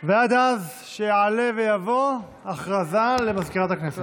ועד שיעלה ויבוא, הודעה לסגנית מזכיר הכנסת.